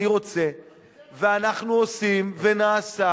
ואנחנו עושים ונעשה,